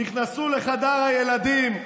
נכנסו לחדר הילדים,